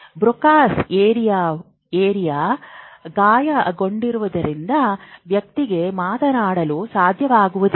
Broca's ಪ್ರದೇಶವು ಗಾಯಗೊಂಡಿದ್ದರಿಂದ ವ್ಯಕ್ತಿಗೆ ಮಾತನಾಡಲು ಸಾಧ್ಯವಾಗುವುದಿಲ್ಲ